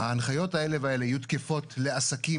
ההנחיות האלה והאלה יהיו תקפות לעסקים